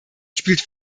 spielt